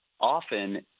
often